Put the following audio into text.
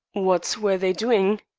what were they doing?